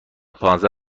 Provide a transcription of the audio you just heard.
پانزده